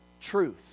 truth